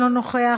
אינו נוכח,